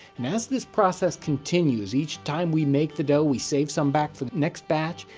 and as this process continues, each time we make the dough, we save some back for the next batch,